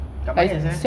tak banyak sia